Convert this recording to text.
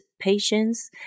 patience